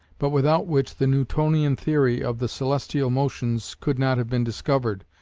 but without which the newtonian theory of the celestial motions could not have been discovered,